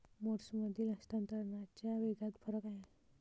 मोड्समधील हस्तांतरणाच्या वेगात फरक आहे